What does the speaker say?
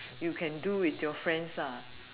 you can do with your friends lah